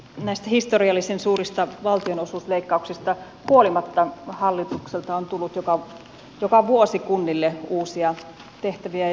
näistä historiallisen suurista valtionosuusleikkauksista huolimatta hallitukselta on tullut joka vuosi kunnille uusia tehtäviä ja velvoitteita